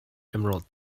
emerald